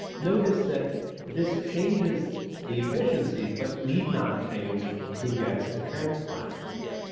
notice that this changes the efficiency but need not change who gets a transplant.